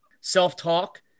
self-talk